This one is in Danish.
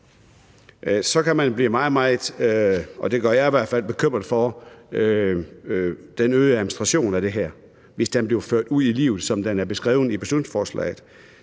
så kan man blive meget, meget bekymret – det gør jeg i hvert fald – for den øgede administration af det her, hvis det bliver ført ud i livet, som det er beskrevet i beslutningsforslaget.